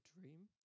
dream